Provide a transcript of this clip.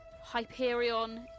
Hyperion